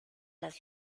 las